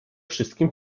wszystkim